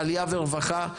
עלייה ורווחה,